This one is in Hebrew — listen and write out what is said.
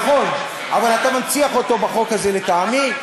נכון, אבל אתה מנציח אותו בחוק הזה, לטעמי.